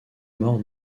maur